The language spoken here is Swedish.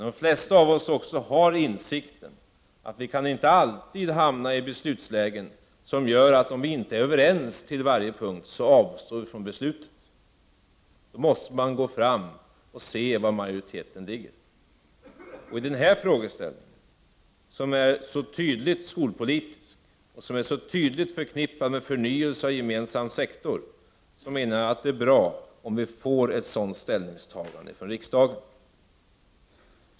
De flesta av oss har också insikten att vi inte alltid kan hamna i beslutslägen som innebär att vi avstår från beslut om vi inte är överens på varje punkt. Man måste då se till var majoriteten ligger. I den här frågeställningen, som är så tydligt skolpolitiskt och så tydligt förknippad med förnyelse av gemensam sektor, menar vi att det är bra om vi får ett sådant ställningstagande från riksdagen.